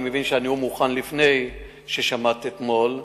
אני מבין שהנאום הוכן לפני ששמעת אתמול,